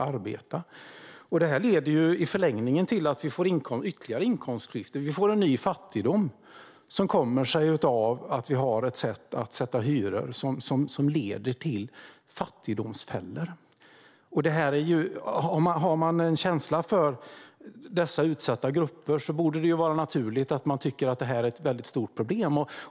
Detta leder i förlängningen till att vi får ytterligare inkomstklyftor. Vi får en ny fattigdom som kommer sig av att vårt sätt att sätta hyror leder till fattigdomsfällor. Har man en känsla för dessa utsatta grupper borde det vara naturligt att tycka att detta är ett stort problem.